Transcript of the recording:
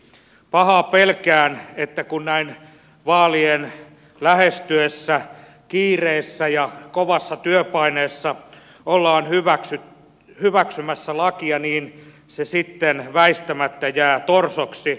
pahaa pelkään että kun näin vaalien lähestyessä kiireessä ja kovassa työpaineessa ollaan hyväksymässä lakia niin se sitten väistämättä jää torsoksi